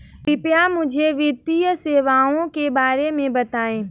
कृपया मुझे वित्तीय सेवाओं के बारे में बताएँ?